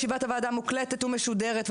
ישיבת הוועדה מוקלטת ומשודרת,